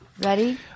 Ready